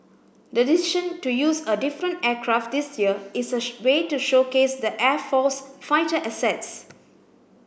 the decision to use a different aircraft this year is a way to showcase the air force's fighter assets